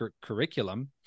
curriculum